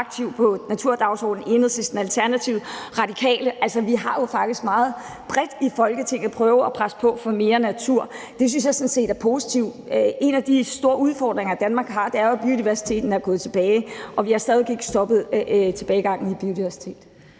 meget aktiv på naturdagsordenen ligesom Enhedslisten, Alternativet og De Radikale. Altså, vi har jo faktisk meget bredt i Folketinget prøvet at presse på for mere natur. Det synes jeg sådan set er positivt. En af de store udfordringer, Danmark har, er jo, at biodiversiteten er gået tilbage, og vi har stadig væk ikke stoppet tilbagegangen i biodiversitet.